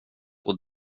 och